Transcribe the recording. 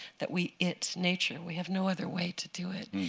that we it nature? we have no other way to do it.